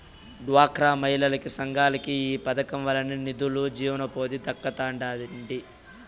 డ్వాక్రా మహిళలకి, సంఘాలకి ఈ పదకం వల్లనే నిదులు, జీవనోపాధి దక్కతండాడి